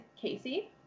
Casey